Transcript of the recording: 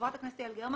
חברת הכנסת יעל גרמן